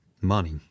money